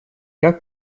как